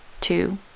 two